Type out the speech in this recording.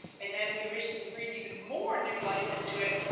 and then we recently breathed even more new life into it,